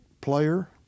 player